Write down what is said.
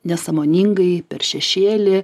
nesąmoningai per šešėlį